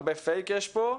הרבה "פייק" יש פה.